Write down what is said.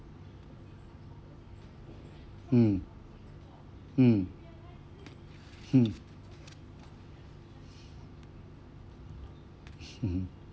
mm mm mm